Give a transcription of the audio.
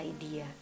idea